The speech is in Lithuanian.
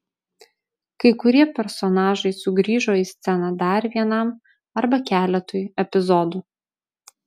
kai kurie personažai sugrįžo į sceną dar vienam arba keletui epizodų